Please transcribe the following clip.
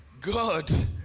God